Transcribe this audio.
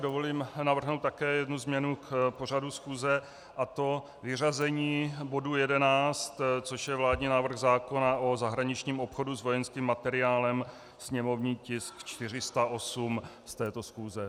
Dovolím si navrhnout také jednu změnu pořadu schůze, a to vyřazení bodu 11, což je vládní návrh zákona o zahraničním obchodu s vojenským materiálem, sněmovní tisk 408, z této schůze.